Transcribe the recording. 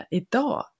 idag